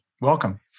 Welcome